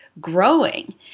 growing